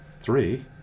three